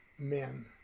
men